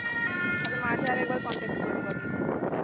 আচ্ছা তাহলে মাঝে আর একবার কন্ট্যাক্ট করে নেবো আপনার সাথে